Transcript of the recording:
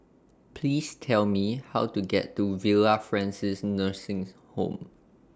Please Tell Me How to get to Villa Francis Nursing Home